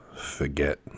forget